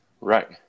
Right